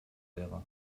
wäre